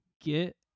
get